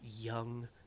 young